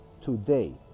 today